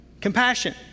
Compassion